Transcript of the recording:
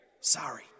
Sorry